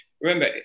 remember